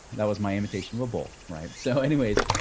that was my imitation of a bull. right? so anyways,